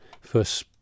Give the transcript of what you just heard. first